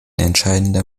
entscheidender